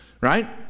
right